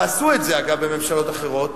ועשו את זה, אגב, בממשלות אחרות,